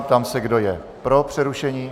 Ptám se, kdo je pro přerušení.